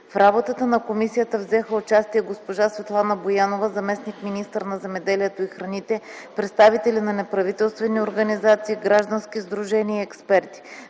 В работата на комисията взеха участие госпожа Светлана Боянова – заместник-министър на земеделието и храните, представители на неправителствени организации, граждански сдружения и експерти.